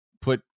put